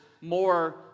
more